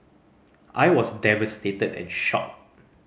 I was devastated and shocked